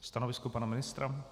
Stanovisko pana ministra?